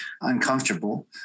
uncomfortable